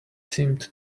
seemed